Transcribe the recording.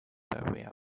burial